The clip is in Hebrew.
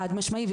חד משמעי,